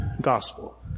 Gospel